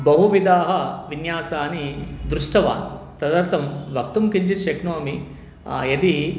बहुविधान् विन्यासा् दृष्टवान् तदर्थं वक्तुं किञ्चित् शक्नोमि यदि